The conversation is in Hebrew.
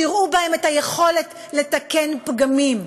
תראו בהם את היכולת לתקן פגמים.